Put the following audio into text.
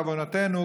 בעוונותינו,